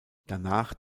danach